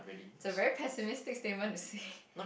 it's a very pessimistic statement to say